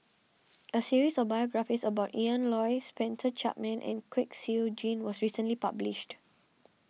a series of biographies about Ian Loy Spencer Chapman and Kwek Siew Jin was recently published